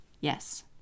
Yes